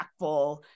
impactful